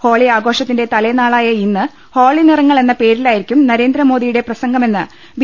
holy ആഘോഷ ത്തിന്റെ തലേനാളായഇന്ന് ഹോളി നിറങ്ങൾ എന്ന പേരിലായിരിക്കും നരേ ന്ദ്രമോദിയുടെ പ്രസംഗമെന്ന് ബി